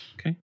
Okay